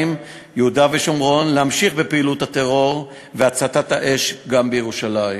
ויהודה ושומרון: להמשיך בפעילות הטרור והצתת האש גם בירושלים.